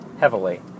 heavily